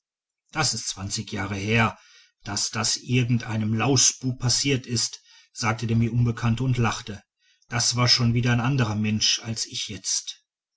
das ist zwanzig jahr her daß das irgendeinem lausbub passiert ist sagte der mir unbekannte und lachte das war schon wieder ein anderer mensch als ich jetzt